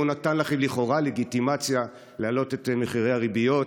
הוא נתן לכם לכאורה לגיטימציה להעלות את מחירי הריביות.